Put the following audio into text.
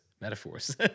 metaphors